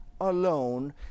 alone